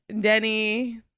denny